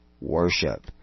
worship